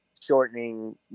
shortening